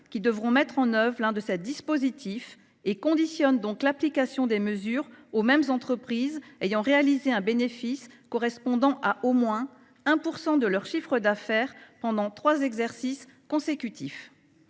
qui devront mettre en œuvre l’un de ces dispositifs. Il conditionne l’application de ces mesures aux entreprises de 11 à 49 salariés ayant réalisé un bénéfice correspondant à au moins 1 % de leur chiffre d’affaires durant trois exercices consécutifs.